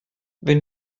wenn